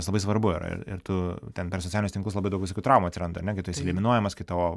tas labai svarbu yra ir ir tu ten per socialinius tinklus labai daug visokių traumų atsiranda ar ne kai tu esi eliminuojamas kai tavo